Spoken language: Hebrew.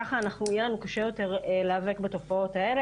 ככה יהיה לנו קשה יותר להיאבק בתופעות האלה,